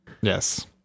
Yes